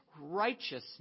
righteousness